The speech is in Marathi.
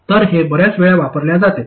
तर हे बर्याच वेळा वापरल्या जाते